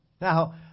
Now